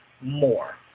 more